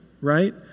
right